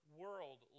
world